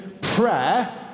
prayer